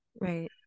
right